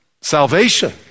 salvation